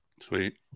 Sweet